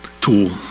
tool